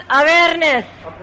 awareness